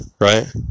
right